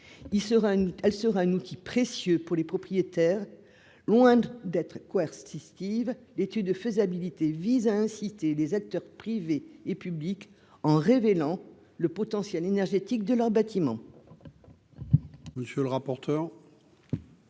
elle sera un outil précieux pour les propriétaires, loin d'être Kirsty Steve, l'étude de faisabilité vise à inciter les acteurs privés et publics, en révélant le potentiel énergétique de leurs bâtiments. Monsieur le rapporteur.